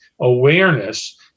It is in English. awareness